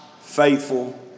faithful